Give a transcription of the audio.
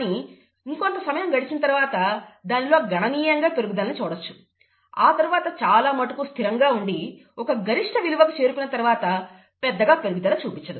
కానీ ఇంకొంత సమయం గడిచిన తరువాత దానిలో గణనీయంగా పెరుగుదలను చూడవచ్చు ఆ తరువాత చాలా మటుకు స్థిరంగా ఉండి ఒక గరిష్ట విలువకు చేరుకున్న తరువాత పెద్దగా పెరుగుదల చూపించదు